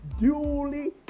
duly